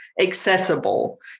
accessible